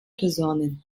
personen